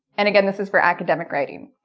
and again this is for academic writing.